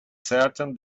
certain